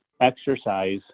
exercise